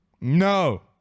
No